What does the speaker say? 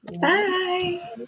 Bye